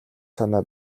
санаа